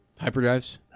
Hyperdrives